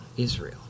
Israel